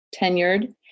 tenured